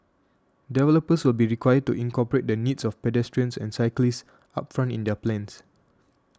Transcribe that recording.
developers will be required to incorporate the needs of pedestrians and cyclists upfront in their plans